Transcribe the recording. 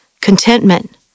contentment